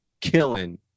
killing